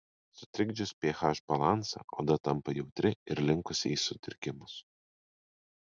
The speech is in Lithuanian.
sutrikdžius ph balansą oda tampa jautri ir linkusi į sudirgimus